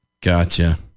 Gotcha